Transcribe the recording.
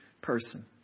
person